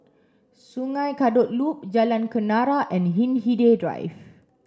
Sungei Kadut Loop Jalan Kenarah and Hindhede Drive